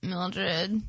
Mildred